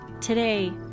Today